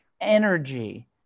energy